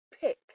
pick